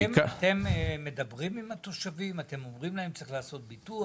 אתם מדברים עם התושבים ואומרים להם שצריך לעשות ביטוח?